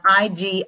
IG